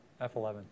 F11